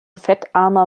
fettarmer